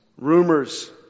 Rumors